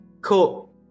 cool